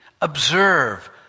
observe